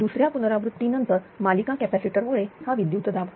दुसऱ्या पुनरावृत्ती नंतर मालिका कॅपॅसिटर मुळे हा विद्युतदाब